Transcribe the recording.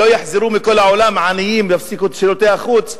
שלא יחזרו מכל העולם עניים ויפסיקו את שירותי החוץ,